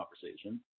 conversation